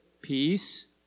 peace